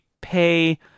pay